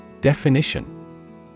Definition